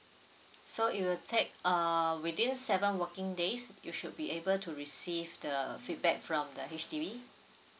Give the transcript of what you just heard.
so it will take err within seven working days you should be able to receive the feedback from the H_D_B